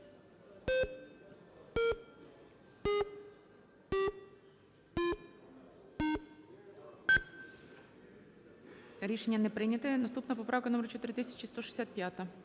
Рішення не прийнято. Наступна поправка 4165.